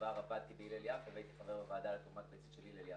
בעבר עבדתי בהלל יפה והייתי חבר בוועדת לתרומת ביצית של הלל יפה.